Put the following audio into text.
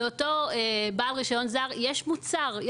לאותו בעל רישיון זר יש מוצר קיים,